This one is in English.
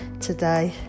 today